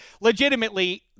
legitimately